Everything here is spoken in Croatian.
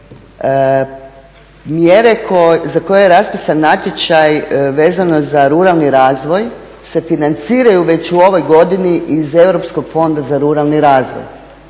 mjere za koje je raspisan natječaj vezano za ruralni razvoj se financiraju već u ovoj godini iz Europskog fonda za ruralni razvoj,